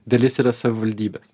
dalis yra savivaldybės